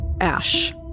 ash